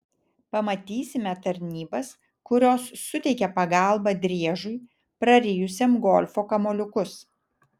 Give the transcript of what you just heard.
pamatysime tarnybas kurios suteikia pagalbą driežui prarijusiam golfo kamuoliukus